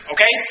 Okay